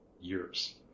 years